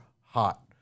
hot